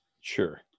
Sure